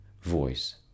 voice